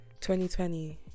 2020